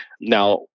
Now